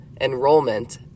enrollment